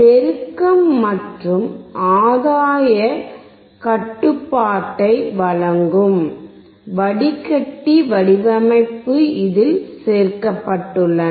பெருக்கம் மற்றும் ஆதாய கட்டுப்பாட்டை வழங்கும் வடிகட்டி வடிவமைப்பு இதில் சேர்க்கப்பட்டுள்ளன